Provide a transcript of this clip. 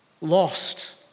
Lost